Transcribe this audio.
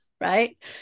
right